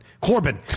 Corbin